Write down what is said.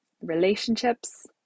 relationships